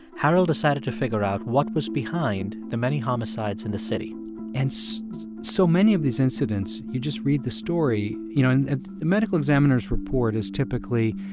harold decided to figure out what was behind the many homicides in the city and so so many of these incidents, you just read the story, you know and the medical examiner's report is typically,